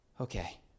Okay